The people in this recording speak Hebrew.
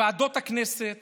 ועדות הכנסת